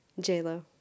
J-Lo